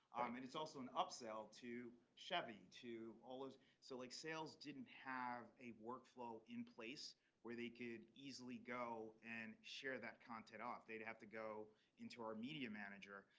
and it's also an upscale to chevy, to all those so like sales didn't have a workflow in place where they could easily go and share that content off. they'd have to go into our media manager.